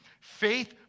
faith